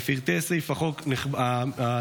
בפרטי סעיף החוק נכתב,